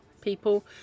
people